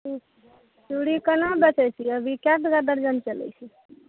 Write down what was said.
चूड़ी कोना बेचै छिए अभी कै टके दर्जन चलै छै